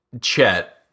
Chet